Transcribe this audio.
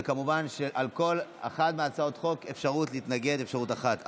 וכמובן שלכל אחת מהצעות החוק יש אפשרות התנגדות אחת.